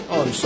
on